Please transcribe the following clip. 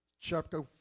chapter